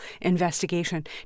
investigation